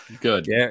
Good